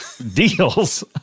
Deals